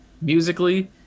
musically